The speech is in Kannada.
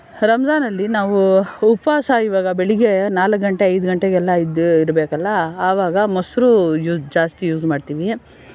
ರಂಜಾನಲ್ಲಿ ನಾವು ಉಪವಾಸ ಇವಾಗ ಬೆಳಗ್ಗೆ ನಾಲ್ಕು ಗಂಟೆ ಐದು ಗಂಟೆಯೆಲ್ಲ ಎದ್ದು ಇಡಬೇಕಲ್ಲ ಆವಾಗ ಮೊಸರು ಜಾಸ್ತಿ ಯೂಸ್ ಮಾಡ್ತೀವಿ